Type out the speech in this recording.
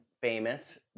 famous